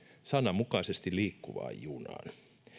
sananmukaisesti liikkuvaan junaan